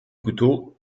couteaux